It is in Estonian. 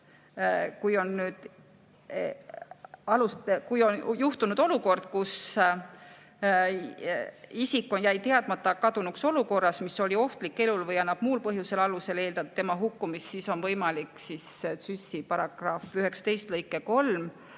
kui on juhtunud olukord, kus isik jäi teadmata kadunuks olukorras, mis oli ohtlik elule, või annab muul põhjusel aluse eeldada tema hukkumist, siis on võimalik TsÜS‑i § 19 lõike 3